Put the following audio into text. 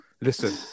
listen